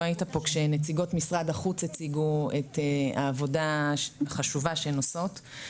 לא היית פה כשנציגות משרד החוץ הציגו את העבודה החשובה שהן עושות,